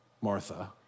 Martha